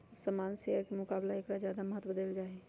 सामान्य शेयर के मुकाबला ऐकरा ज्यादा महत्व देवल जाहई